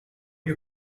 you